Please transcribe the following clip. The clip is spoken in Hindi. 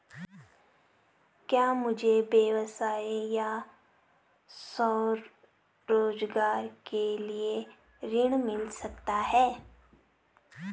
क्या मुझे व्यवसाय या स्वरोज़गार के लिए ऋण मिल सकता है?